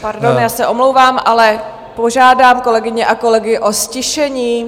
Pardon, já se omlouvám, ale požádám kolegyně a kolegy o ztišení.